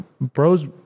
Bro's